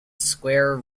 square